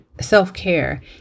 self-care